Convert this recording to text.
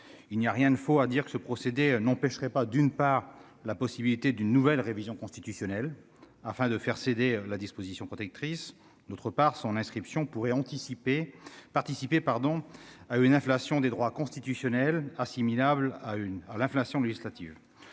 il n'y a rien de faux à dire que ce procédé n'empêcherait pas d'une part la possibilité d'une nouvelle révision constitutionnelle afin de faire céder la disposition protectrice notre part son inscription pourrait anticiper participer pardon à une inflation des droits constitutionnels assimilable à une heure, l'inflation législative,